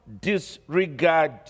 disregard